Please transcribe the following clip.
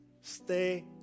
stay